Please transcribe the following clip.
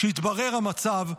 כשהתברר המצב,